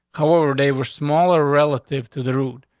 however, they were smaller relative to the root.